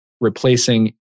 replacing